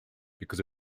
because